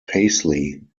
paisley